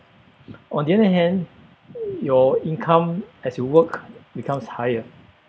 on the other hand your income as you work becomes higher